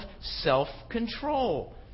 self-control